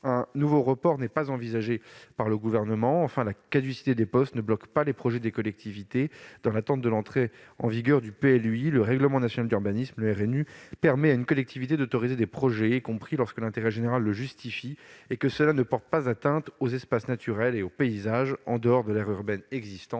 un nouveau report n'est pas envisagé par le Gouvernement. La caducité des POS ne bloque pas les projets des collectivités. Dans l'attente de l'entrée en vigueur du PLUI, le RNU permet à une collectivité d'autoriser des projets lorsque l'intérêt général le justifie et que cela ne porte pas atteinte aux espaces naturels et aux paysages en dehors de l'aire urbaine existante.